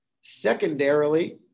Secondarily